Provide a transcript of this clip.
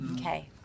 Okay